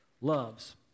loves